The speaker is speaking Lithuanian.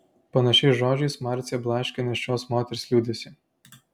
panašiais žodžiais marcė blaškė nėščios moters liūdesį